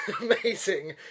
amazing